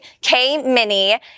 K-Mini